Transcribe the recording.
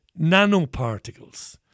nanoparticles